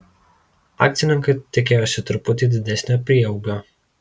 akcininkai tikėjosi truputį didesnio prieaugio